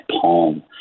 palm